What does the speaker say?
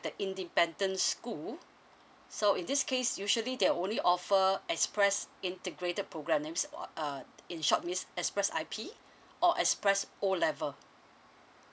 the independent school so in this case usually there'll only offer express integrated program that means uh err in short is express I_P or express O level